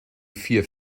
vier